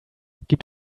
gibt